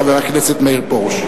חבר הכנסת מאיר פרוש.